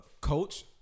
coach